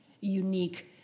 unique